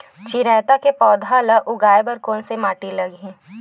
चिरैता के पौधा को उगाए बर कोन से माटी लगही?